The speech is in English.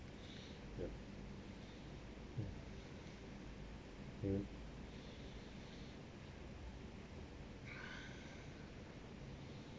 yup mm mm